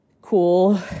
cool